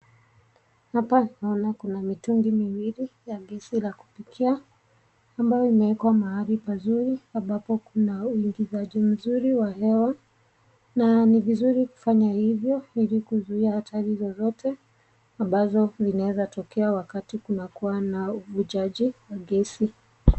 Hapa naona kuna mitungi miwili la Ndizi la kupikia ambalo limewekwa mahali kuna uingizaji mzuri ya hewa na mzuri kufanya hivyo ili ambazo zinaweza kutokea wakati kuna uvunjanji wa gesi.